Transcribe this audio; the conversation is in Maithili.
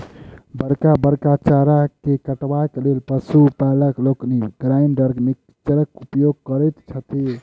बड़का बड़का चारा के काटबाक लेल पशु पालक लोकनि ग्राइंडर मिक्सरक उपयोग करैत छथि